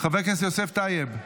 חבר הכנסת יוסף טייב.